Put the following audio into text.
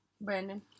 Brandon